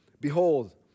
Behold